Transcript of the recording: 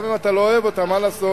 גם אם אתה לא אוהב אותו, מה לעשות.